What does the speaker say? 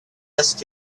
asked